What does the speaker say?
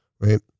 right